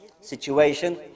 situation